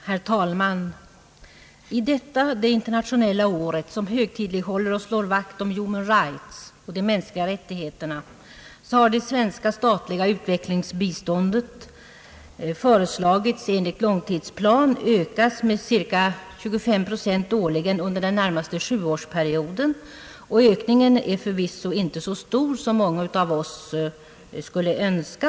Herr talman! I detta det internationella året, som högtidlighåller och slår vakt om Human Rights, de mänskliga rättigheterna, har det svenska statliga utvecklingsbiståndet föreslagits enligt långtidsplan öka med cirka 25 procent årligen under den närmaste sjuårsperioden. Ökningen är förvisso inte så stor som många av oss skulle önska.